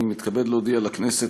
אני מתכבד להודיע לכנסת,